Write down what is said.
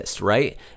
right